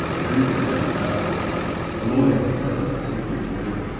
there is no doubt about this the lawyer himself has looked at the will.